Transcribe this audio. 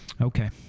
Okay